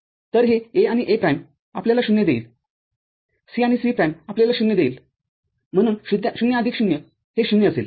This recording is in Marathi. तर हे A आणि A प्राइमआपल्याला 0 देईल C आणि C प्राइम आपल्याला ० देईल म्हणून ०आदिक ० हे ०असेल